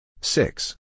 Six